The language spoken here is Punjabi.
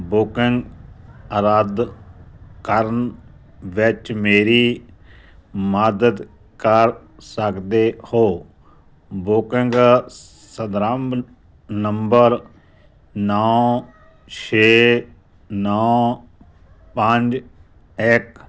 ਬੁਕਿੰਗ ਰੱਦ ਕਰਨ ਵਿਚ ਮੇਰੀ ਮਦਦ ਕਰ ਸਕਦੇ ਹੋ ਬੁਕਿੰਗ ਸੰਦਰਭ ਨੰਬਰ ਨੌ ਛੇ ਨੌ ਪੰਜ ਇੱਕ